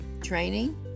training